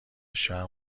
شرق